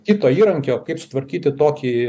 kito įrankio kaip sutvarkyti tokį